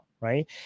right